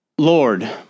Lord